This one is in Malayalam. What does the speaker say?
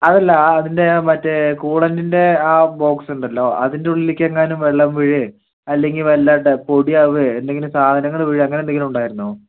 അതല്ല ആ അതിൻ്റെ മറ്റെ കൂളെൻ്റിൻ്റെ ആ ബോക്സ് ഉണ്ടല്ലൊ അതിൻ്റ ഉള്ളിലേക്ക് എങ്ങാനും വെള്ളം വീഴുകയോ അല്ലെങ്കിൽ വല്ല പൊടി ആവുകയോ എന്തെങ്കിലും സാധനങ്ങൾ വീഴുക അങ്ങനെ എന്തെങ്കിലും ഉണ്ടായിരുന്നോ